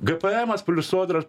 gėpėemas sodra